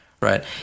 right